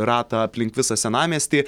ratą aplink visą senamiestį